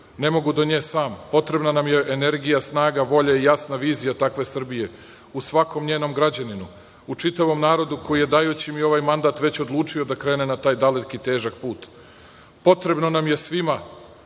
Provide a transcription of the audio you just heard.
ne mogu do nje sam. Potrebna nam je energija, snaga, volja i jasna vizija takve Srbije u svakom njenom građaninu, u čitavom narodu koji je, dajući mi ovaj mandat, već odlučio da krene na taj dalek i težak put. Potrebno nam je svima